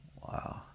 Wow